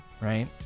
right